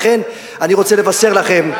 לכן אני רוצה לבשר לכם,